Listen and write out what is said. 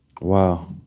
Wow